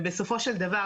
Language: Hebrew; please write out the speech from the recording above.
בסופו של דבר,